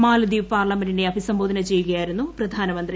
മാലദ്വീപ് പാർലമെന്റിനെ അഭിസംബോധന ചെയ്യുകയായിരുന്നു പ്രധാനമന്ത്രി